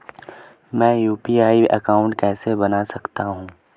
मैं UPI account कैसे बना सकता हूं?